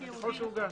בסדר.